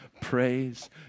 praise